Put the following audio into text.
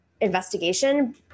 investigation